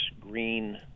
green